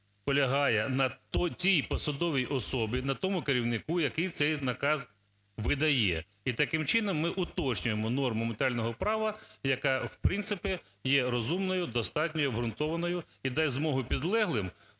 полягає на тій посадовій особі, на тому керівнику, який цей наказ видає. І таким чином ми уточнюємо норму матеріального права, яка, в принципі, є розумною, достатньою і обґрунтованою, і дасть змогу підлеглим